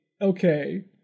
Okay